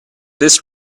this